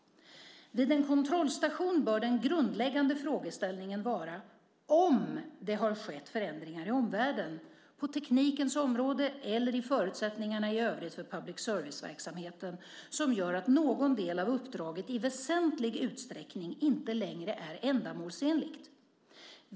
Vid en kontrollstation bör den grundläggande frågeställningen vara om det har skett förändringar i omvärlden på teknikens område eller i förutsättningarna i övrigt för public service-verksamheten som gör att någon del av uppdraget i väsentlig utsträckning inte längre är ändamålsenligt.